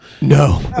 No